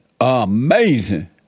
Amazing